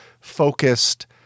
focused